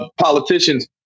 politicians